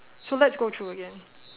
so let's go through again